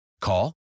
Call